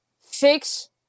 fix